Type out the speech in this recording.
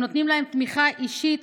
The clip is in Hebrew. הם נותנים להם תמיכה אישית,